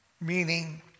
meaning